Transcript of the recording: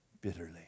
bitterly